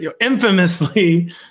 infamously